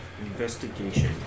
Investigation